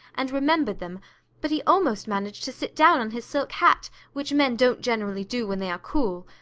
and remembered them but he almost managed to sit down on his silk hat, which men don't generally do when they are cool,